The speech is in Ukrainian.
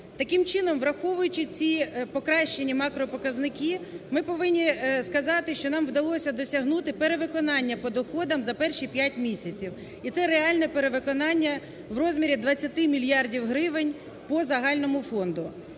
Таким чином, враховуючи ці покращені макропоказники, ми повинні сказати, що нам вдалося досягнути перевиконання по доходам за перші п'ять місяців, і це реальне перевиконання в розмірі 20 мільярдів гривень по загальному фонду.